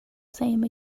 same